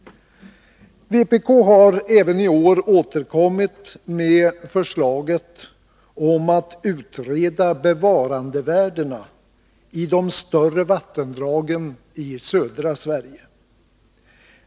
Vpk har även i år återkommit med förslag att utreda bevarandevärdena i de större vattendragen i södra Sverige.